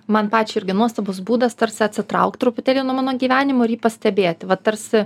man pačiai irgi nuostabus būdas tarsi atsitraukt truputėlį nuo mano gyvenimo ir jį pastebėti va tarsi